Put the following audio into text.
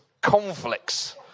conflicts